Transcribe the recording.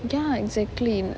ya exactly